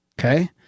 Okay